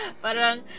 Parang